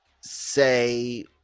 say